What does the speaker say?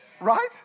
Right